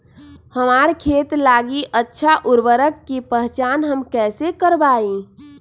हमार खेत लागी अच्छा उर्वरक के पहचान हम कैसे करवाई?